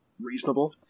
reasonable